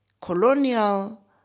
colonial